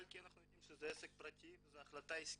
כי אנחנו יודעים שזהו עסק פרטי וזו החלטה עסקית.